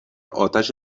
آتش